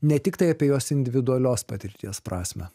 ne tiktai apie jos individualios patirties prasmę